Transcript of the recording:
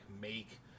make